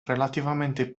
relativamente